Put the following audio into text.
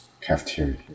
cafeteria